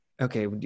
Okay